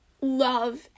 love